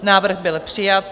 Návrh byl přijat.